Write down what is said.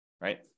right